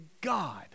god